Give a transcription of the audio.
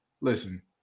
Listen